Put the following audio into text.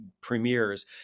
premieres